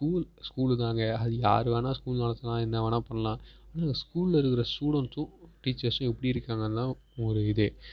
school school தாங்க அது யார் வேணுணா ஸ்கூல் நடத்தலாம் என்ன வேணுணா பண்ணலாம் ஆனால் ஸ்கூலில் இருக்கிற ஸ்டூடண்ஸும் டீச்சர்ஸும் எப்படி இருக்காங்கனா ஒரு இதே